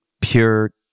pure